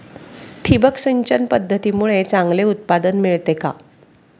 ठिबक सिंचन पद्धतीमुळे चांगले उत्पादन मिळते का?